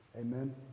Amen